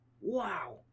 Wow